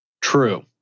true